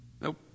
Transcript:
Nope